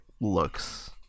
looks